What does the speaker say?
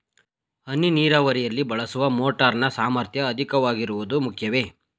ಹನಿ ನೀರಾವರಿಯಲ್ಲಿ ಬಳಸುವ ಮೋಟಾರ್ ನ ಸಾಮರ್ಥ್ಯ ಅಧಿಕವಾಗಿರುವುದು ಮುಖ್ಯವೇ?